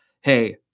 hey